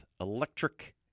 Electric